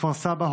כפר סבא,